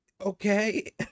okay